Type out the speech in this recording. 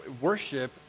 worship